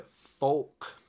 folk